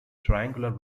triangular